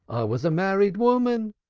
was a married woman.